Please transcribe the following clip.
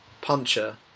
puncher